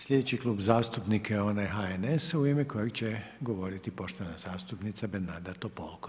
Slijedeći klub zastupnika je onaj HNS-a u ime kojeg će govoriti poštovana zastupnica Bernarda Topolko.